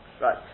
Right